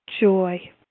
Joy